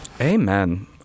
Amen